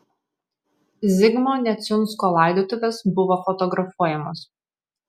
zigmo neciunsko laidotuvės buvo fotografuojamos